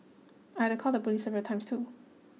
I had to call the police several times too